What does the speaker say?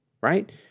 right